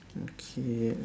okay